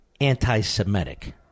anti-Semitic